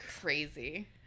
Crazy